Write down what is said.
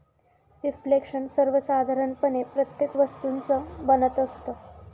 reflection सर्वसाधारणपणे प्रत्येक वस्तूचं बनत असतं